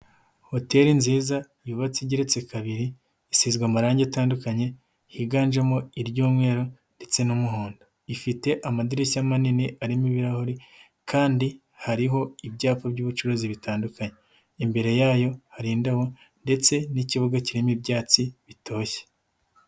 Hoteli nziza yubatse igereretse kabiri, isizwe amarangi atandukanye higanjemo iry'mweru ndetse n'umuhondo. Ifite amadirishya manini arimo ibirahuri kandi hariho ibyapa by'ubucuruzi bitandukanye. Imbere yayo hari indabo ndetse n'ikibuga kirimo ibyatsi bitoshye.